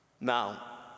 Now